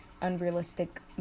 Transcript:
unrealistic